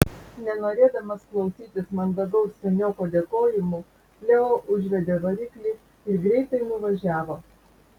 nenorėdamas klausytis mandagaus senioko dėkojimų leo užvedė variklį ir greitai nuvažiavo